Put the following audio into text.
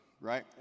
right